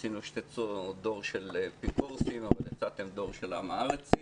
"רצינו דור של אפיקורסים אבל יצאתם דור של עם הארץ".